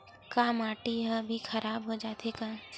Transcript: का माटी ह भी खराब हो जाथे का?